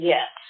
Yes